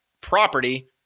property